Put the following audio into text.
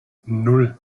nan